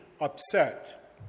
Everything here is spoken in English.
upset